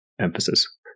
emphasis